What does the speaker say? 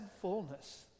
fullness